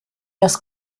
das